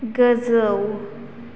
गोजौ